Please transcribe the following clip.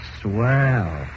Swell